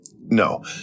no